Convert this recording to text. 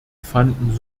fanden